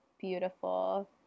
beautiful